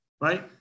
right